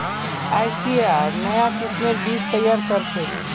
ICAR नाया किस्मेर बीज तैयार करछेक